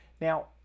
Now